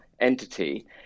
entity